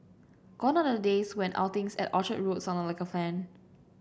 gone are the days when outings at Orchard Road sounded like a fan